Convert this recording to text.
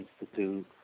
Institute